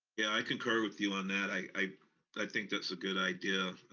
yeah, i concur with you on that. i i think that's a good idea.